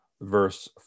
verse